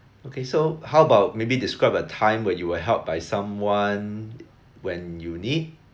okay so how about maybe describe a time when you were helped by someone when you need